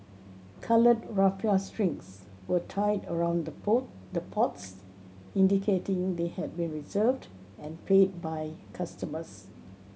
coloured raffia strings were tied around the pots indicating they had been reserved and paid by customers